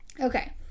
Okay